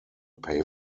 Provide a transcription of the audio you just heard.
pay